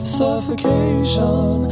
suffocation